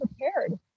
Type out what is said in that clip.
prepared